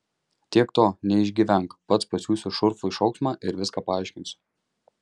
tiek to neišgyvenk pats pasiųsiu šurfui šauksmą ir viską paaiškinsiu